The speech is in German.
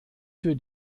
für